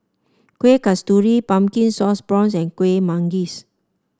Kueh Kasturi Pumpkin Sauce Prawns and Kuih Manggis